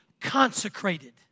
consecrated